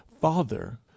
Father